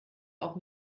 auch